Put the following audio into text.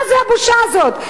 מה זו הבושה הזאת?